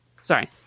Sorry